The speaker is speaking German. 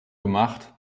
gemacht